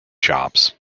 shops